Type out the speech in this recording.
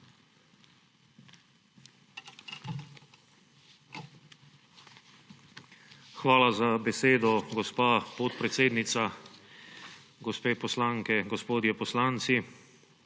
Hvala za besedo, gospa podpredsednica. Gospe poslanke, gospodje poslanci!